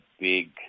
big